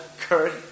courage